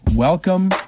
Welcome